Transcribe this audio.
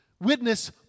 Witness